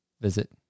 visit